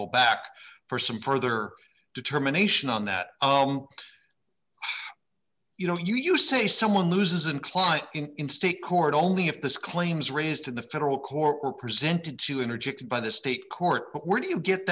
go back for some further determination on that you know you say someone loses an client in state court only if this claims raised in the federal court were presented to interdict by the state court but were do you get